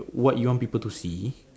what you want people to see